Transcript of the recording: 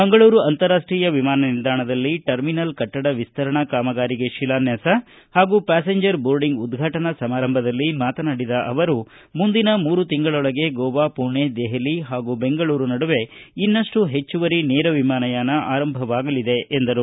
ಮಂಗಳೂರು ಅಂತಾರಾಷ್ಟೀಯ ವಿಮಾನ ನಿಲ್ದಾಣದಲ್ಲಿ ಟರ್ಮಿನಲ್ ಕಟ್ಟಡ ವಿಸ್ತರಣಾ ಕಾಮಗಾರಿಗೆ ಶಿಲಾನ್ಯಾಸ ಹಾಗೂ ಪ್ನಾಸೆಂಜರ್ ಬೋರ್ಡಿಂಗ್ ಉದ್ವಾಟನಾ ಸಮಾರಂಭದಲ್ಲಿ ಮಾತನಾಡಿದ ಅವರು ಮುಂದಿನ ಮೂರು ತಿಂಗಳೊಳಗೆ ಗೋವಾ ಪುಣೆ ದೆಪಲಿ ಹಾಗೂ ಬೆಂಗಳೂರು ನಡುವೆ ಇನ್ನಷ್ಟು ಹೆಚ್ಚುವರಿ ನೇರ ವಿಮಾನ ಯಾನ ಆರಂಭವಾಗಲಿದೆ ಎಂದರು